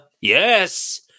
yes